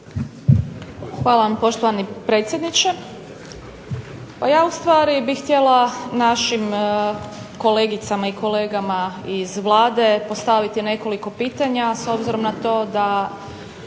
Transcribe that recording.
hvala vam gospodine predsjedniče.